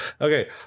Okay